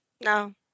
no